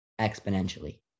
exponentially